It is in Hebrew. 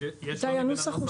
הנוסח הוא